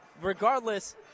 regardless